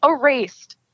erased